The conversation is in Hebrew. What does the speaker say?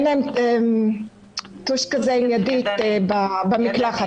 ידית במקלחת.